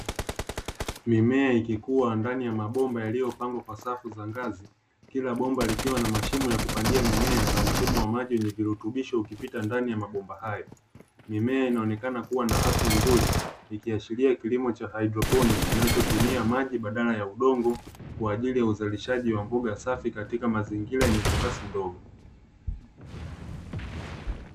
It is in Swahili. Mimea ikikua ndani ya mabomba yaliyo pangwa kwa safu za ngazi, kila bomba likiwa na mashimo ya kupandia mimea na mfumo wa maji wenye virutubisho ukipita ndani ya mabomba hayo. Mimea inaonekana kuwa na afya nzuri ikiashiria kilimo cha Haidroponi kinacho tumia maji badala ya udongo kwa ajili ya uzalishaji wa mboga safi katika mazingira yenye nafasi ndogo.